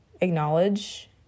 acknowledge